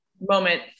moment